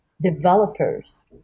developers